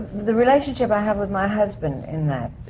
the relationship i have with my husband in that.